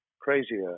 crazier